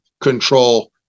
control